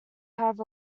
have